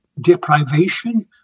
deprivation